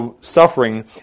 suffering